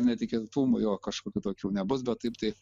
netikėtumų jo kažkokių tokių nebus bet taip tai